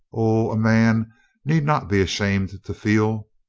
o, a man need not be ashamed to feel.